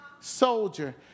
soldier